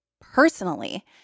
personally